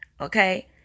Okay